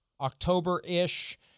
October-ish